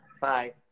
Bye